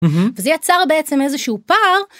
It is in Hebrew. וזה יצר בעצם איזשהו פער.